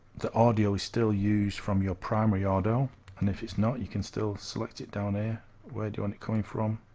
the audio is still used from your primary audio and if it's not you can still select it down there where do you want it coming from